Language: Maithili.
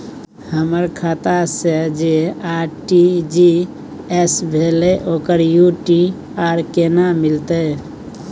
हमर खाता से जे आर.टी.जी एस भेलै ओकर यू.टी.आर केना मिलतै?